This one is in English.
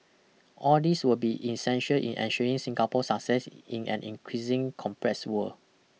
all these will be essential in ensuring Singapore's success in an increasing complex world